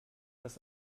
das